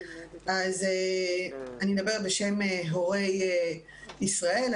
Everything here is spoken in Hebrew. אז אני אדבר בשם הורי ישראל.